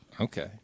Okay